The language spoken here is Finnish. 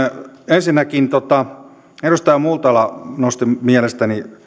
ensinnäkin edustaja multala nosti mielestäni